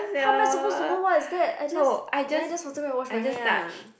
how am I supposed to know what is that I just then I just faster go and wash my hair ah